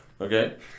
Okay